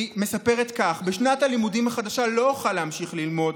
היא מספרת כך: בשנת הלימודים החדשה לא אוכל להמשיך ללמוד,